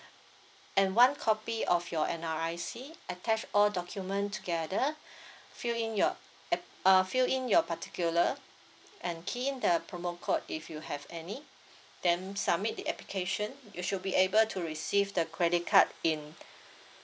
and one copy of your N_R_I_C attach all document together fill in your ap~ uh fill in your particular and key in the promo code if you have any then submit the application you should be able to receive the credit card in